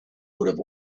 would